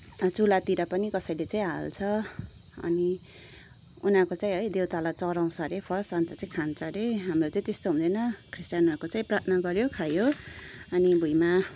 अनि चुल्हातिर पनि कसैले चाहिँ हाल्छ अनि उनीहरूको चाहिँ है देवतालाई चढाउँछ अरे फर्स्ट अनि त चाहिँ खान्छ अरे हाम्रो चाहिँ त्यस्तो हुँदैन क्रिश्चियनहरूको चाहिँ प्रार्थना गऱ्यो खायो अनि भुइँमा